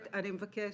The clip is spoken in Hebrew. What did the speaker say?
אני מבקשת.